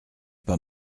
pas